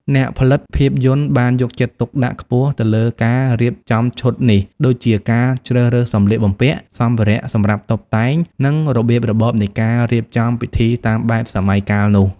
អ្នកផលិតភាពយន្តបានយកចិត្តទុកដាក់ខ្ពស់ទៅលើការរៀបចំឈុតនេះ ដូចជាការជ្រើសរើសសម្លៀកបំពាក់ សម្ភារៈសម្រាប់តុបតែង និងរបៀបរបបនៃការរៀបចំពិធីតាមបែបសម័យកាលនោះ។